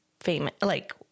famous—like